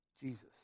Jesus